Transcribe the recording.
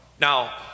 Now